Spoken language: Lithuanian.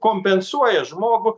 kompensuoja žmogų